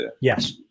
Yes